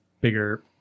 bigger